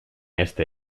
este